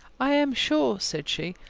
i am sure, said she,